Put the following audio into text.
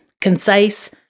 concise